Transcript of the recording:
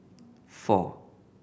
four